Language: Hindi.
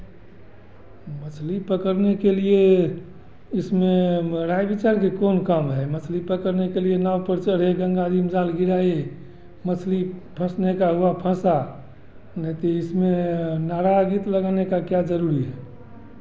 मछली पकड़ने के लिए इसमें राय विचार की कौन काम है मछली पकड़ने के लिए नाव पर चढ़िए गंगा जी में जाल गिराइए मछली फँसने का हुआ फँसा नहीं तो इसमें नारा गीत लगाने का क्या जरूरी है